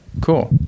cool